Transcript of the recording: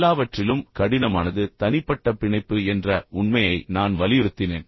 எல்லாவற்றிலும் கடினமானது தனிப்பட்ட பிணைப்பு என்ற உண்மையை நான் வலியுறுத்தினேன்